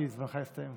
כי זמנך הסתיים.